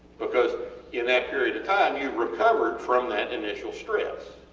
because in that period of time youve recovered from that initial stress,